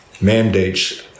Mandates